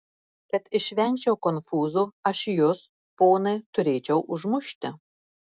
kad išvengčiau konfūzo aš jus ponai turėčiau užmušti